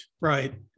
right